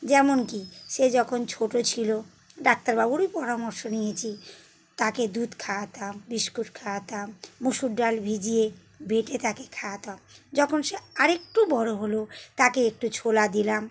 যেমন কী সে যখন ছোট ছিল ডাক্তারবাবুরই পরামর্শ নিয়েছি তাকে দুধ খাওয়াতাম বিস্কুট খাওয়াতাম মুসুর ডাল ভিজিয়ে বেটে তাকে খাওয়াতাম যখন সে আরেকটু বড় হলো তাকে একটু ছোলা দিলাম